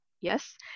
Yes